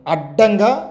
Adanga